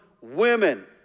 women